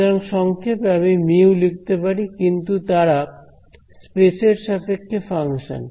সুতরাং সংক্ষেপে আমি মিউ লিখতে পারি কিন্তু তারা স্পেস এর সাপেক্ষে ফাংশন